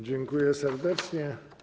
Dziękuję serdecznie.